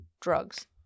drugs